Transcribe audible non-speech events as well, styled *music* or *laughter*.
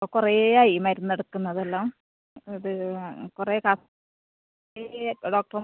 കുറേ ആയി മരുന്ന് എടുക്കുന്നത് എല്ലാം അത് ആ കുറേ *unintelligible* ഡോക്ടർ